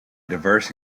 diverse